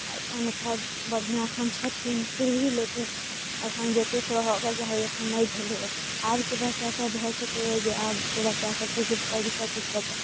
अन्यथा बढ़िआँ एखन छथिन फिर भी लेकिन एखन जतेक होयबक चाही एखन नहि भेलैया आबके बच्चा सब भऽ सकैया जे आबके बच्चा सब किछु पढ़ि कऽ किछु बच्चा